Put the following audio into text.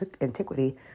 Antiquity